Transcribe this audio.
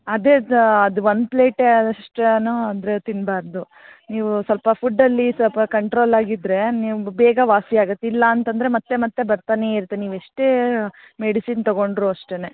ಅದೇ ಅದು ಒಂದು ಪ್ಲೇಟೇ ಅದ್ರಷ್ಟನೂ ಅದು ತಿನ್ನಬಾರ್ದು ನೀವು ಸ್ವಲ್ಪ ಫುಡ್ ಅಲ್ಲಿ ಸ್ವಲ್ಪ ಕಂಟ್ರೋಲ್ ಆಗಿ ಇದ್ದರೆ ನೀವು ಬೇಗ ವಾಸಿಯಾಗತ್ತೆ ಇಲ್ಲಾಂತಂದರೆ ಮತ್ತೆ ಮತ್ತೆ ಬರ್ತಾನೇ ಇರುತ್ತೆ ನೀವು ಎಷ್ಟೇ ಮೆಡಿಸಿನ್ ತಗೊಂಡರು ಅಷ್ಟೇನೇ